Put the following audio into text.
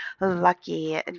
lucky